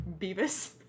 Beavis